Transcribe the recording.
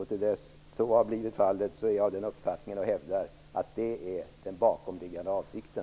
Tills så blir fallet är jag av den här uppfattningen och hävdar att detta är den bakomliggande avsikten.